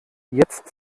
jetzt